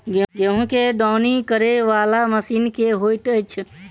गेंहूँ केँ दौनी करै वला मशीन केँ होइत अछि?